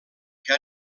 que